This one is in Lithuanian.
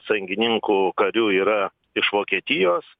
sąjungininkų karių yra iš vokietijos